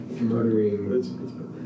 Murdering